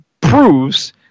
proves